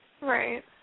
Right